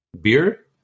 Beer